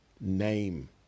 name